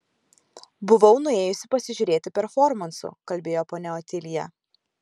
buvau nuėjusi pasižiūrėti performansų kalbėjo ponia otilija